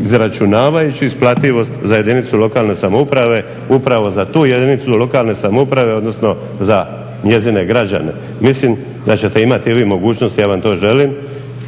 izračunavajući isplativost za jedinicu lokalne samouprave, upravo za tu jedinicu lokalne samouprave, odnosno za njezine građane. Mislim da ćete imati i vi mogućnosti, ja vam to želim